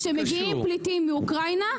כשמגיעים פליטים מאוקראינה,